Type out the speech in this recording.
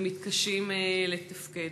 ומתקשים לתפקד.